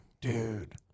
Dude